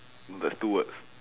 but it's two words